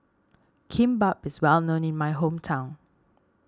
Kimbap is well known in my hometown